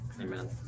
amen